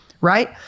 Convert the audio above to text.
Right